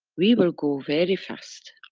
we will go very fast,